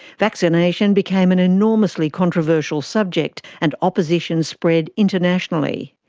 vaccination became an enormously controversial subject, and opposition spread internationally.